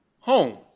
home